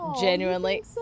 genuinely